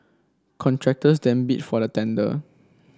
contractors then bid for the tender